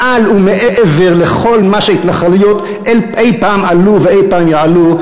מעל ומעבר לכל מה שהתנחלויות אי-פעם עלו ואי-פעם יעלו,